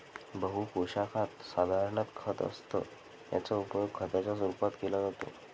बहु पोशाखात साधारण खत असतं याचा उपयोग खताच्या रूपात केला जातो